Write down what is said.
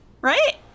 right